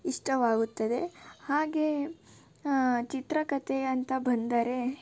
ಇಷ್ಟವಾಗುತ್ತದೆ ಹಾಗೆಯೇ ಚಿತ್ರಕಥೆ ಅಂತ ಬಂದರೆ